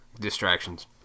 Distractions